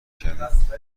کردیم